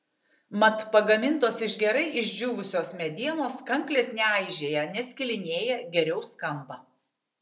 mat pagamintos iš gerai išdžiūvusios medienos kanklės neaižėja neskilinėja geriau skamba